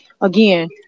again